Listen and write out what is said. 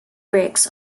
breaks